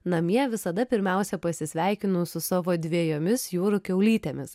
namie visada pirmiausia pasisveikinu su savo dvejomis jūrų kiaulytėmis